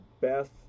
best